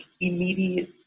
immediate